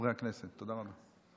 תודה רבה.